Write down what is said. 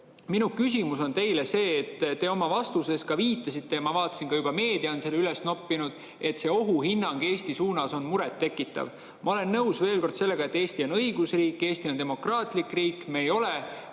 minu küsimus on teile see. Te oma vastuses viitasite sellele ja ma vaatasin, et ka meedia on selle juba üles noppinud, et ohuhinnang Eesti suunas on muret tekitav. Ma olen nõus sellega, et Eesti on õigusriik, Eesti on demokraatlik riik. Me ei ole